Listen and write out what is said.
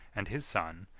and his son,